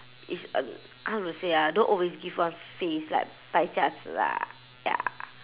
it's a how to say ah don't always give us face like 摆架子啦 ya